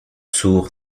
sourds